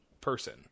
person